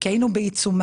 כי היינו בעיצומם,